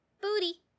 Booty